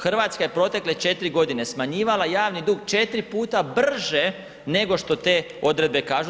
Hrvatska je protekle 4 godine smanjivala javni dug 4 puta brže nego što te odredbe kažu.